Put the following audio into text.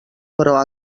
però